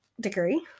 degree